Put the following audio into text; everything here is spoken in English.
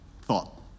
thought